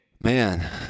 Man